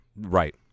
Right